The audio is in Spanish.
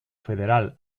federal